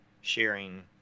sharing